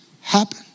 happen